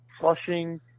Flushing